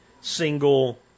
single